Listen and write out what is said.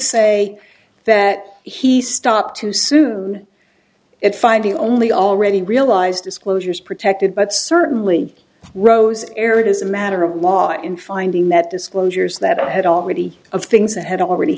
say that he stopped too soon it finding only already realized disclosures protected but certainly rose aerate is a matter of law in finding that disclosures that had already of things that had already